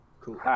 cool